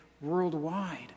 worldwide